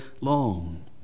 long